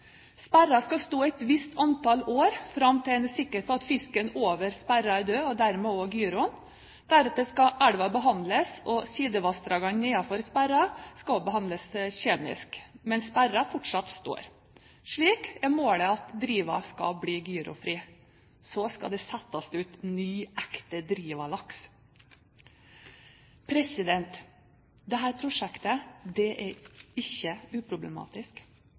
Sperra skal stå i et visst antall år fram til en er sikker på at fisken over sperra er død, og dermed også gyroen. Deretter skal elva behandles, og sidevassdragene nedenfor sperra skal også behandles kjemisk, mens sperra fortsatt står. Slik er målet at Driva skal bli gyrofri. Så skal det settes ut ny, ekte Driva-laks. Dette prosjektet er ikke uproblematisk.